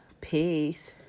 peace